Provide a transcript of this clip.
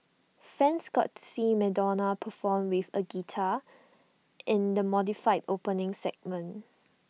fans got to see Madonna perform with A guitar in the modified opening segment